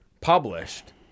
published